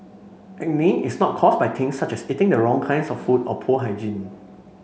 acne is not caused by things such as eating the wrong kinds of food or poor hygiene